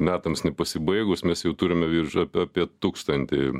metams nepasibaigus mes jau turime virš apie tūkstantį